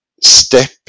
step